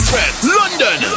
London